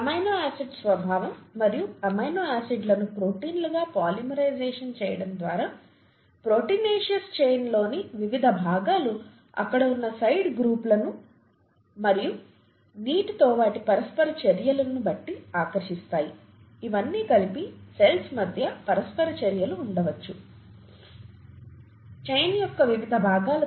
amino acids స్వభావం మరియు amino acids లను ప్రోటీన్లుగా పాలిమరైజేషన్ చేయడం ద్వారా ప్రోటీనేసియస్ చైన్లోని వివిధ భాగాలు అక్కడ ఉన్న సైడ్ గ్రూపులను మరియు నీటితో వాటి పరస్పర చర్యలను బట్టి ఆకర్షిస్తాయి ఇవన్నీ కలిపి సెల్స్ మధ్య పరస్పర చర్యలు ఉండవచ్చు చైన్ యొక్క వివిధ భాగాలపై